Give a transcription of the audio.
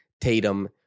Tatum